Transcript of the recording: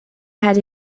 had